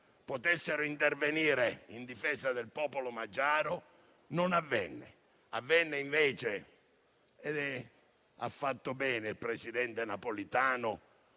potessero intervenire in difesa del popolo magiaro e ciò non avvenne. Avvenne invece - ha fatto bene il presidente Napolitano